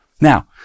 Now